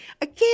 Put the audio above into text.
Again